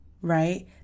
right